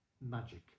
Magic